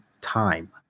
time